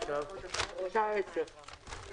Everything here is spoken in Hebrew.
הישיבה ננעלה בשעה